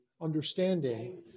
understanding